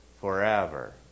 forever